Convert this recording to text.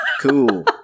Cool